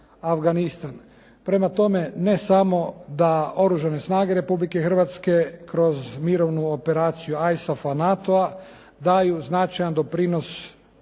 Prema tome, ne samo da Oružane snage Republike Hrvatske kroz mirovnu operaciju ISAF-a NATO-a daju značajan doprinos naporima